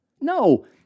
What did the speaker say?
No